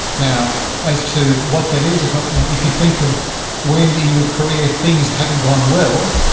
now as to what that is, if if you think of when in your career things haven't gone well,